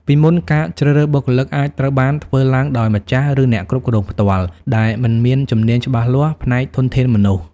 ពីមុន ការជ្រើសរើសបុគ្គលិកអាចត្រូវបានធ្វើឡើងដោយម្ចាស់ ឬអ្នកគ្រប់គ្រងផ្ទាល់ ដែលមិនមានជំនាញច្បាស់លាស់ផ្នែកធនធានមនុស្ស។